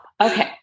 Okay